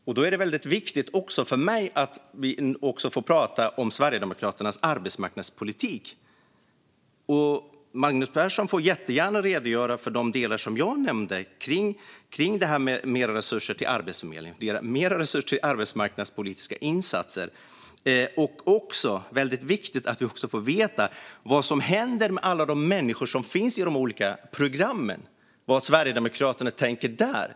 Det är väldigt viktigt för mig att vi också får tala om Sverigedemokraternas arbetsmarknadspolitik. Magnus Persson får jättegärna redogöra för de delar som jag nämnde om mer resurser till Arbetsförmedlingen och arbetsmarknadspolitiska insatser. Det är också väldigt viktigt att vi får veta vad som händer med alla de människor som finns i de olika programmen och vad Sverigedemokraterna tänker där.